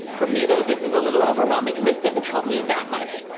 for me though, this is a little overwhelming, and this doesn't help me that much.